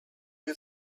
you